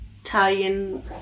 Italian